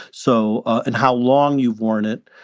so and how long you've worn it?